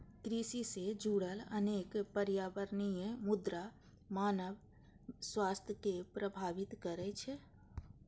कृषि सं जुड़ल अनेक पर्यावरणीय मुद्दा मानव स्वास्थ्य कें प्रभावित करै छै